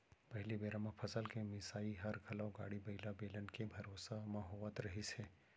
पहिली बेरा म फसल के मिंसाई हर घलौ गाड़ी बइला, बेलन के भरोसा म होवत रहिस हे